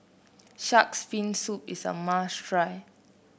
shark's fin soup is a must try